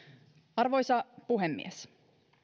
arvoisa puhemies